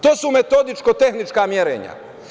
To su metodičko-tehnička merenja.